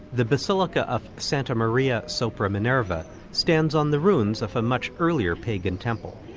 the basilica of santa maria sopra minerva stands on the ruins of a much earlier pagan temple,